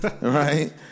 right